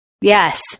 yes